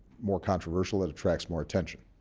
more controversial, it attracts more attention.